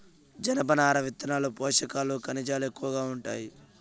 జనపనార విత్తనాల్లో పోషకాలు, ఖనిజాలు ఎక్కువగా ఉంటాయి